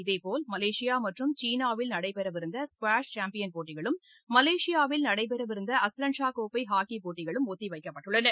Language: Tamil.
இதேபோல் மலேசியா மற்றும் சீனாவில் நடைபெறவிருந்த ஸ்குவாஷ் சாம்பியன் போட்டிகளும் மலேசியாவில் நடைபெறவிருந்த அஸ்லன்ஷா கோப்பை ஹாக்கி போட்டிகளும் ஒத்தி வைக்கப்பட்டுள்ளன